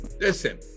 Listen